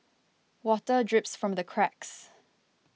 water drips from the cracks